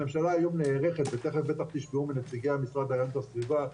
הממשלה היום נערכת ותכף בטח תשמעו מנציגי המשרד להגנת הסביבה,